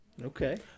Okay